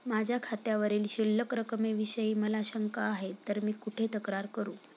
माझ्या खात्यावरील शिल्लक रकमेविषयी मला शंका आहे तर मी कुठे तक्रार करू?